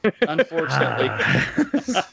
Unfortunately